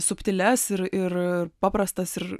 subtilias ir ir paprastas ir